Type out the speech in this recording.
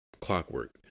clockwork